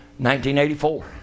1984